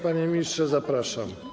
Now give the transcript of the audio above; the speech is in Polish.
Panie ministrze, zapraszam.